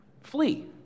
flee